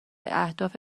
اهداف